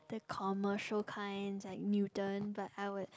the commercial kinds like Newton but I would